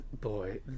boy